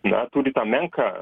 na turi tą menką